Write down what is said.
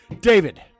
David